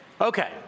Okay